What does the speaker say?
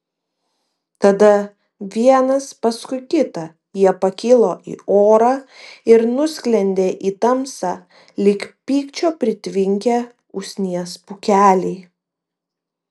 tada vienas paskui kitą jie pakilo į orą ir nusklendė į tamsą lyg pykčio pritvinkę usnies pūkeliai